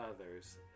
others